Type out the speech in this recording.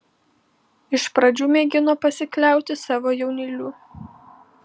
iš pradžių mėgino pasikliauti savo jaunyliu